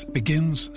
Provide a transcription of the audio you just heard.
begins